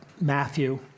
Matthew